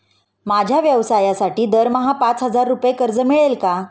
माझ्या व्यवसायासाठी दरमहा पाच हजार रुपये कर्ज मिळेल का?